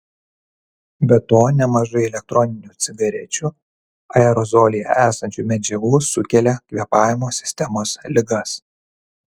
be to nemažai elektroninių cigarečių aerozolyje esančių medžiagų sukelia kvėpavimo sistemos ligas